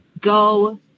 Go